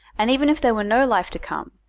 and even if there were no life to come,